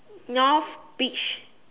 North beach